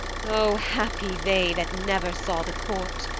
oh, happy they that never saw the court,